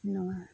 ᱱᱚᱣᱟ